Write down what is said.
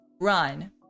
run